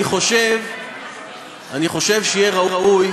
אני חושב שיהיה ראוי,